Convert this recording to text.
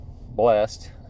blessed